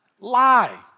lie